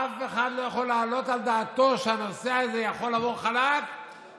אף אחד לא יכול להעלות על דעתו שהנושא הזה יכול לעבור חלק ויקבלו